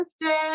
birthday